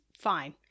fine